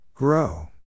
Grow